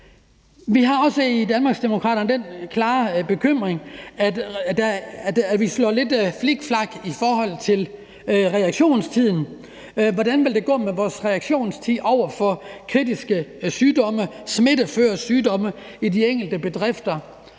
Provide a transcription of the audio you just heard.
Vi har også i Danmarksdemokraterne den klare bekymring, at vi slår flikflak i forhold til reaktionstiden. Hvordan vil det gå med vores reaktionstid over for kritiske sygdomme, smitteoverførte sygdomme i de enkelte bedrifter?